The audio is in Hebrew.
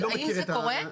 האם זה קורה?